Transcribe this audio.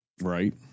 Right